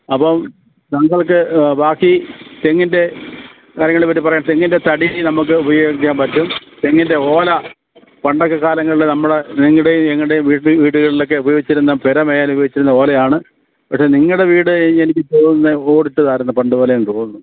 അപ്പോൾ താങ്കൾക്ക് ബാക്കി തെങ്ങിൻ്റെ കാര്യങ്ങളെ പറ്റി പറയാം തെങ്ങിൻ്റെ തടി നമുക്ക് ഉപയോഗിക്കാൻ പറ്റും തെങ്ങിൻ്റെ ഓല പണ്ടൊക്കെ കാലങ്ങളിൽ നമ്മുടെ നിങ്ങളുടെയും ഞങ്ങളുടെയും വീട്ടിൽ വീടുകളിലൊക്കെ ഉപയോഗിച്ചിരുന്ന പുര മേയാനുപയോഗിച്ചിരുന്ന ഓലയാണ് പക്ഷേ നിങ്ങളുടെ വീട് എനിക്ക് തോന്നുന്നത് ഓട് ഇട്ടതായിരുന്നു പണ്ടുമുതലേ എന്ന് തോന്നുന്നു